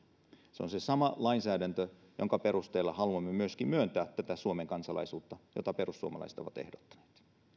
se on se sama lainsäädäntö jonka perusteella haluamme myöskin myöntää tätä suomen kansalaisuutta jota perussuomalaiset ovat ehdottaneet